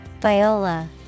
Viola